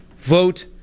vote